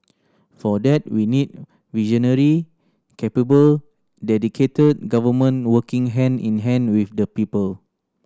for that we need visionary capable dedicated government working hand in hand with the people